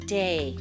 day